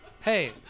hey